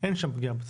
אין שם פגיעה בציבור,